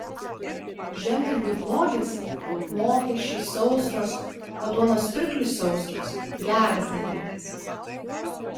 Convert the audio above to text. žemdirbiui blogis mokesčiai sausros o duonos pirkliui sausros geras dalykas